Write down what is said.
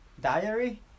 diary